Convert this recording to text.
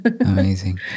Amazing